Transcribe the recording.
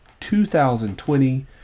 2020